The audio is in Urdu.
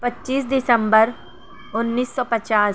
پچیس دسمبر انیس سو پچاس